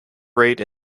rate